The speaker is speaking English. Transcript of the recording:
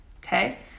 okay